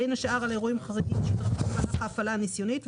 בין השאר על אירועים חריגים שהתרחשו במהלך ההפעלה הניסיונית,